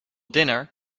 dinner